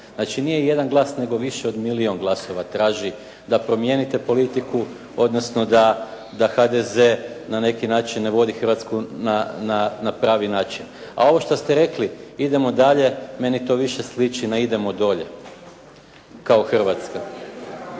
Znači nije jedan glas nego više od milijun glasova traži da promijenite politiku, odnosno da HDZ na neki način ne vodi Hrvatsku na pravi način. A ovo što ste rekli: "Idemo dalje", meni to više sliči na "idemo dolje" kao Hrvatska.